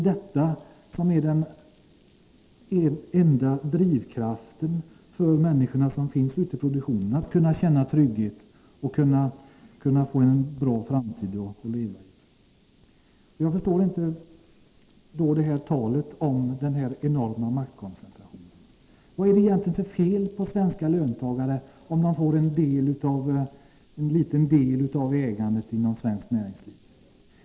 Detta är den enda drivkraften för människorna som finns ute i produktionen — att kunna känna trygghet och få en bra framtid att leva i. Jag förstår inte talet om den enorma maktkoncentrationen. Vad är det för fel på om svenska löntagare får en liten del av ägandet i svenskt näringsliv?